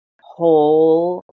whole